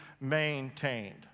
maintained